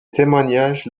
témoignages